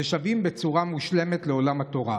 ושבים בצורה מושלמת לעולם התורה.